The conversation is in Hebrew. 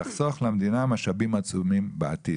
תחסוך מהמדינה משאבים עצומים בעתיד.